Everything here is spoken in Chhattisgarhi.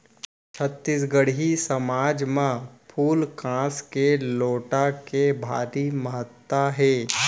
छत्तीसगढ़ी समाज म फूल कांस के लोटा के भारी महत्ता हे